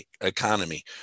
economy